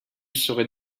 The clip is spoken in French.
serait